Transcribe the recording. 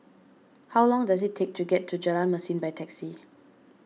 how long does it take to get to Jalan Mesin by taxi